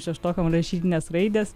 šeštokams rašytinės raidės